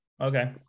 Okay